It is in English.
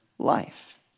life